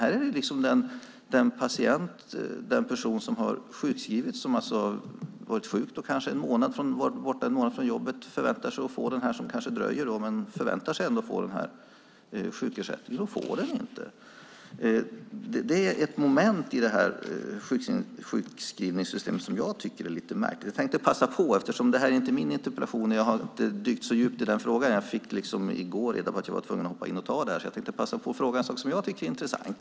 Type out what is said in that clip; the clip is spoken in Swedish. Här är det den person som har sjukskrivits, som har varit borta en månad från jobbet, och som förväntar sig få sjukersättningen, som inte får ersättningen. Det är ett moment i sjukskrivningssystemet som jag tycker är lite märkligt. Eftersom det här inte är min interpellation och jag inte har dykt så djupt i frågan - jag fick i går reda på att jag var tvungen att hoppa in och ta över frågan - tänkte jag passa på att fråga något jag tycker är intressant.